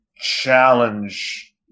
challenge